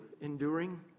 enduring